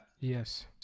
Yes